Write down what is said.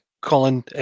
Colin